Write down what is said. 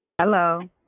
Hello